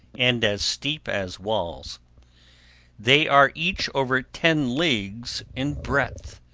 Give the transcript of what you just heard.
and as steep as walls they are each over ten leagues in breadth,